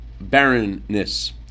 barrenness